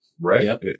Right